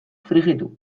frijitu